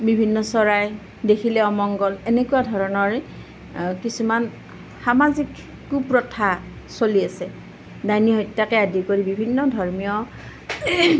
বিভিন্ন চৰাই দেখিলে অমংগল এনেকুৱা ধৰণৰ কিছুমান সামাজিক কুপ্ৰথা চলি আছে ডাইনী হত্যাকে আদি কৰি বিভিন্ন ধৰ্মীয়